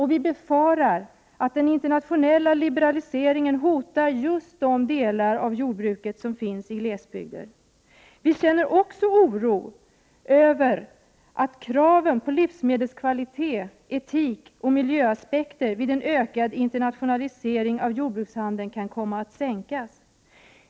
Vi befarar att den internationella liberaliseringen kommer att hota de delar av jordbruket som finns i glesbygder. Vpk känner också oro över att vi i Sverige kan tvingas att sänka våra krav när det gäller livsmedelskvalitet, etik och miljöaspekter vid en ökad internationalisering av jordbrukshandeln.